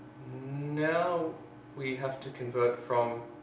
now we have to convert from